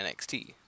NXT